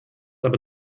aber